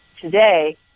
today